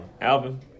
Alvin